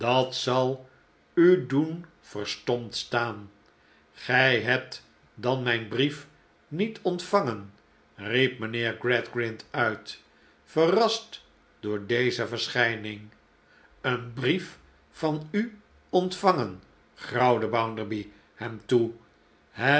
dat zal u doen verstomd staan gij hebt dan mijn brief niet ontvangen riep mynheer gradgrind uit verrast door deze verschijning een brief van u ontvangen grauwde bounderby hem toe